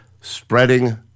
spreading